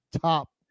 top